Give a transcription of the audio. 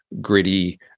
gritty